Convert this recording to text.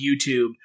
YouTube